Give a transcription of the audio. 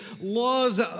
laws